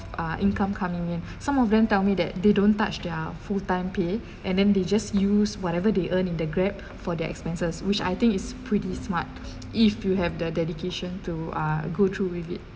ah income coming in some of them tell me that they don't touch their full time pay and then they just use whatever they earn in the Grab for their expenses which I think is pretty smart if you have the dedication to ah go through with it